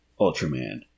Ultraman